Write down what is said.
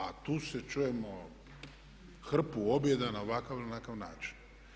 A tu sad čujemo hrpu objeda na ovakav i onakav način.